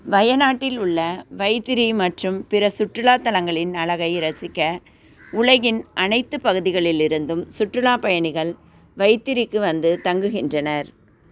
வயநாட்டில் உள்ள வைதிரி மற்றும் பிற சுற்றுலாத் தலங்களின் அழகை ரசிக்க உலகின் அனைத்துப் பகுதிகளிலிருந்தும் சுற்றுலாப் பயணிகள் வைத்திரிக்கு வந்து தங்குகின்றனர்